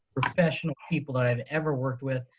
professional people that i've ever worked with.